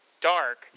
dark